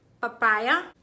papaya